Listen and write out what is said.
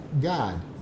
God